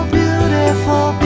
beautiful